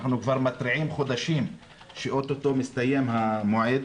אנחנו כבר מתריעים חודשים שאו-טו-טו מסתיים המועד,